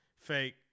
Fake